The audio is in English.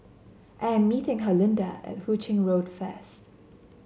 I am meeting Herlinda at Hu Ching Road first